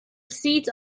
seat